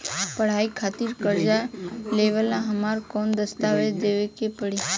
पढ़ाई खातिर कर्जा लेवेला हमरा कौन दस्तावेज़ देवे के पड़ी?